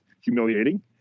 humiliating